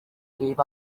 give